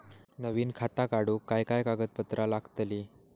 नवीन खाता काढूक काय काय कागदपत्रा लागतली?